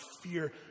fear